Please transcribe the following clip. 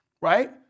right